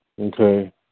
Okay